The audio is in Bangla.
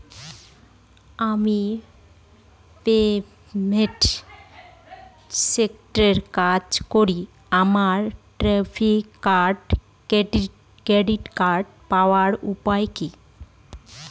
আমি প্রাইভেট সেক্টরে কাজ করি আমার ক্রেডিট কার্ড পাওয়ার উপায় কি?